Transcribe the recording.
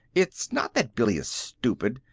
it is not that billy is stupid,